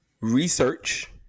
Research